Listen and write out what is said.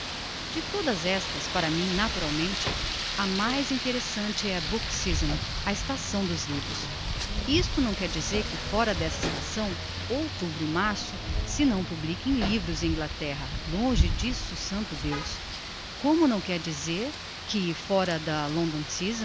de todas estas para mim naturalmente a mais interessante é a book season a estação dos livros isto não quer dizer que fóra d'esta estação outubro a março se não publiquem livros em inglaterra longe d'isso santo deus como não quer dizer que fóra da